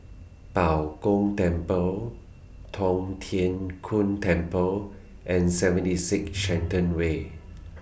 Bao Gong Temple Tong Tien Kung Temple and seventy six Shenton Way